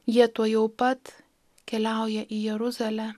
jie tuojau pat keliauja į jeruzalę